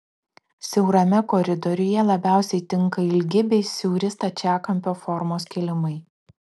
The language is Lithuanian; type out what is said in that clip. siaurame koridoriuje labiausiai tinka ilgi bei siauri stačiakampio formos kilimai